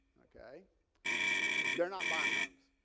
ok they're not bond homes.